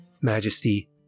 majesty